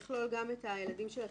לא עלה לרגע ש ---,